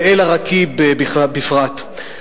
ואל-עראקיב בפרט.